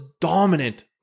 dominant